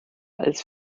als